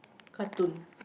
cartoon